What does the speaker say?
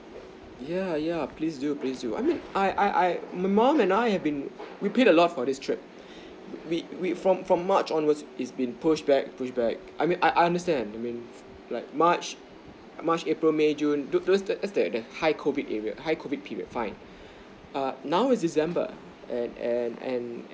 yeah yeah please do please do I mean I I I my mom and I have been repeat a lot for this trip we we from from march onwards it's been pushed back push back I mean I I I understand I mean like march march april may june those those are the the high COVID area high COVID period fine err now is december and and and